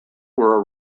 were